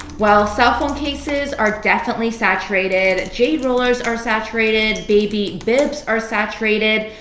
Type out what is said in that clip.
well, cell phone cases are definitely saturated. jade rollers are saturated. baby bibs are saturated.